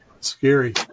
Scary